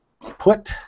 put